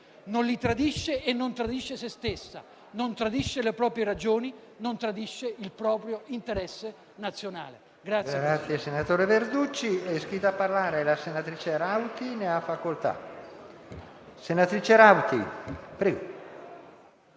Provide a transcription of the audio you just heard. non li tradisce e non tradisce sé stessa, non tradisce le proprie ragioni, non tradisce il proprio interesse nazionale.